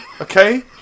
okay